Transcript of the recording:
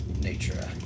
nature